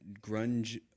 grunge